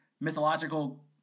mythological